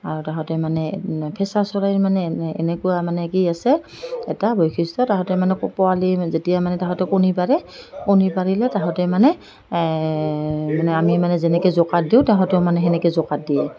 আৰু সিহঁতে মানে ফেঁচা চৰাইৰ মানে এনেকুৱা মানে কি আছে এটা বৈশিষ্ট্য তাহাঁঁতে মানে পোৱালি যেতিয়া মানে সিহঁতে কণী পাৰে কণী পাৰিলে সিহঁতে মানে মানে আমি মানে যেনেকৈ দিওঁ সিহঁতেও মানে সেনেকৈ দিয়ে